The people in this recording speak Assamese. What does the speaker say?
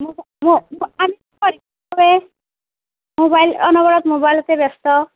ম'বাইল অনবৰত ম'বাইলতে ব্যস্ত